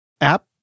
app